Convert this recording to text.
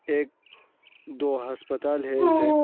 ایک دو ہسپتال ہے ایسے